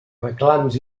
reclams